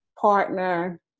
partner